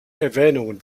erwähnungen